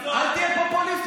אל תהיה פופוליסט,